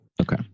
Okay